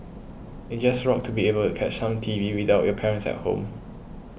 it just rocked to be able to catch some T V without your parents at home